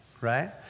right